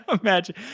imagine